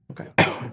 Okay